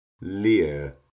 leer